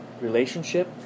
relationship